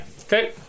Okay